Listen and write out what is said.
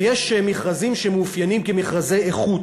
ויש מכרזים שמאופיינים כמכרזי איכות,